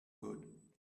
good